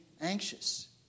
anxious